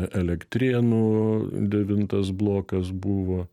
elektrėnų devintas blokas buvo